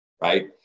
right